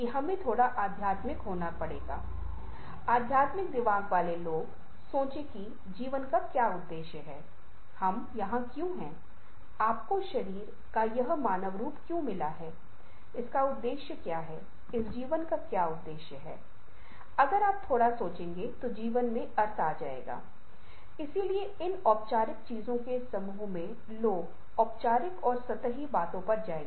उन लोगों के दो सेट जिन्हें ये फल दिखाए गए थे जिन्हें आप यहां देखते हैं और उन्हें इससे पहले दो अलग अलग तरह की चीजों के बारे में बताया गया था एक मामले में लोगों को फलों के बारे में और पहाड़ों के बारे में वैज्ञानिक तथ्य दिए गए थे और दूसरे मामले में लोगों को सौंदर्य संबंधी बातें बताई गई थीं जैसा कि यह सुंदर है और इस तरह की चीजें दोनों फलों और पहाड़ों के बारे में हैं